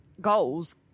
goals